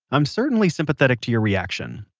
i'm certainly sympathetic to your reaction,